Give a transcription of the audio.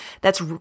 thats